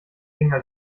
klingen